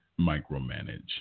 micromanage